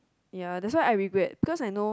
ya that's why I regret because I know